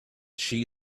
she